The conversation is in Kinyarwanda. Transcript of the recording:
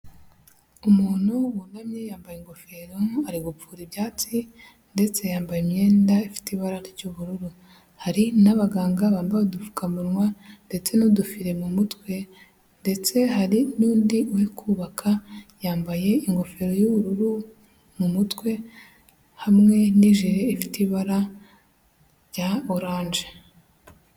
Umuntu wunamye yambaye ingofero, ari gupfura ibyatsi ndetse yambaye imyenda ifite ibara ry'ubururu. Hari n'abaganga bambaye udupfukamunwa ndetse n'udufire mu mutwe ndetse hari n'undi uri kubaka, yambaye ingofero y'ubururu mu mutwe hamwe n'jire ifite ibara rya oranje.